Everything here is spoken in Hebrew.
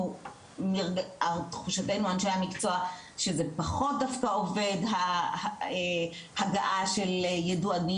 אנחנו תחושתנו אנשי המקצוע שזה פחות דווקא עובד ההגעה של ידוענים,